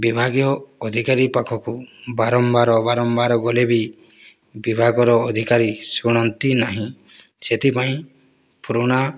ବିଭାଗୀୟ ଅଧିକାରୀ ପାଖକୁ ବାରମ୍ବାର ବାରମ୍ବାର ଗଲେ ବି ବିଭାଗର ଅଧିକାରୀ ଶୁଣନ୍ତି ନାହିଁ ସେଥିପାଇଁ ପୁରୁଣା